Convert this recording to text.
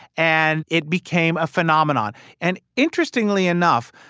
and it became a phenomenon and interestingly enough,